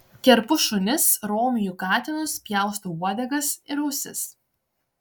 kerpu šunis romiju katinus pjaustau uodegas ir ausis